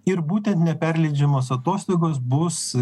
ir būtent neperleidžiamos atostogos bus